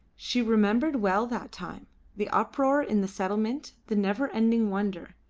she remembered well that time the uproar in the settlement, the never-ending wonder,